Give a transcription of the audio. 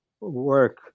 work